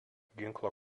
ginklo